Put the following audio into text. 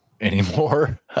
anymore